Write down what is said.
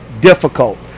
difficult